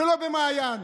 ולא במעיין.